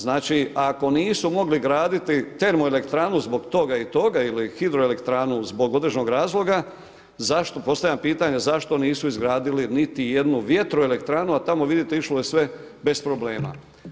Znači ako nisu mogli graditi termoelektrana zbog toga i toga ili hidroelektranu zbog određenog razloga, postavljam pitanje, zašto nisu izgradili niti jednu vjetroelektranom, a tamo vidite išlo je sve bez problema.